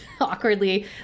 awkwardly